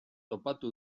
topatu